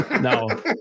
No